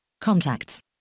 Contacts